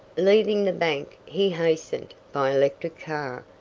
leaving the bank, he hastened, by electric car,